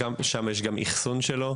שם יש גם את האחסון שלו.